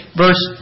verse